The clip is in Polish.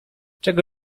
czego